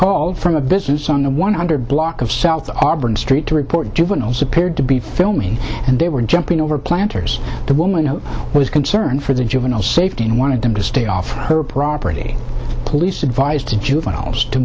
called from a business on the one hundred block of south street to report juveniles appeared to be filming and they were jumping over planter's the woman was concerned for the juvenile safety and wanted them to stay off her property police advised to juveniles to